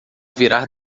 virar